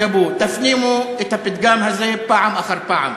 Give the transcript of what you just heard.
תפנימו את הפתגם הזה פעם אחר פעם.